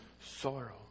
sorrow